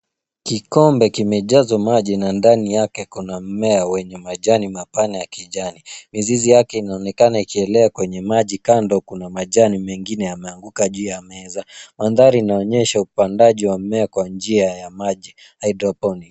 Kikombe kimejazwa maji na ndani yake kuna mmea wenye majani mapana ya kijani. Mizizi yake inaonekana ikielea kwenye maji. Kando kuna majani mengine yameanguka juu ya meza. Mandhari inaonyesha upandaji wa mimea kwa njia ya maji, hydroponic .